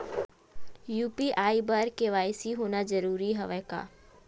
UPI बर KYC होना जरूरी हवय का?